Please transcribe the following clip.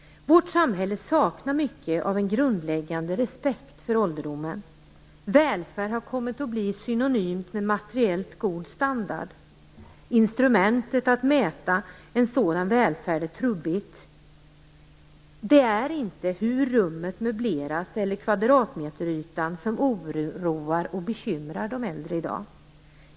Vårt samhälle saknar mycket av en grundläggande respekt för ålderdomen. Välfärd har kommit att bli synonymt med materiellt god standard. Instrumentet att mäta en sådan välfärd är trubbigt. Det är inte hur rummet möbleras eller kvadratmeterytan som oroar och bekymrar de äldre i dag.